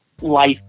life